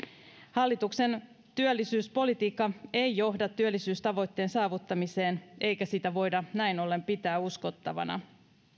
hallituksen työllisyyspolitiikka ei johda työllisyystavoitteen saavuttamiseen eikä sitä voida näin ollen pitää uskottavana